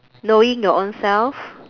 knowing your ownself